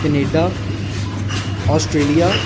Canada Australia